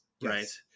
right